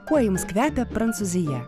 kuo jums kvepia prancūzija